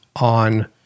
on